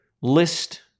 list